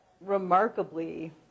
remarkably